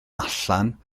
allan